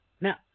Now